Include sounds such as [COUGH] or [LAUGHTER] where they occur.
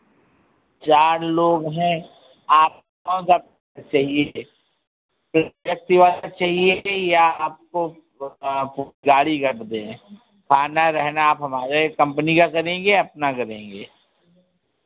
चार लोग हैं आप कौन सा [UNINTELLIGIBLE] चाहिए फिर टैक्सी वाला चाहिए कि या आपको गाड़ी कर दें खाना रहना आप हमारे कम्पनी का करेंगे या अपना करेंगे